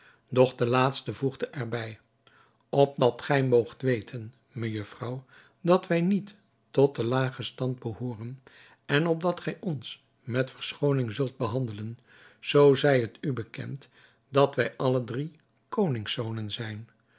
doch de laatste voegde er bij opdat gij moogt weten mejufvrouw dat wij niet tot den lagen stand behooren en opdat gij ons met verschooning zult behandelen zoo zij het u bekend dat wij alle drie konings zonen zijn